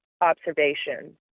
observation